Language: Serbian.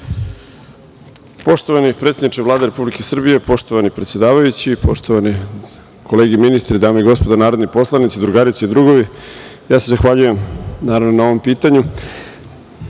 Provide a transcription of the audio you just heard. Poštovani predsedniče Vlade Republike Srbije, poštovani predsedavajući, poštovane kolege ministri, dame i gospodo narodni poslanici, drugarice i drugovi, ja se zahvaljujem na ovom